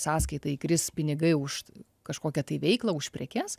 sąskaitą įkris pinigai už kažkokią tai veiklą už prekes